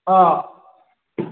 آ